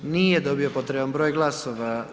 Nije dobio potreban broj glasova.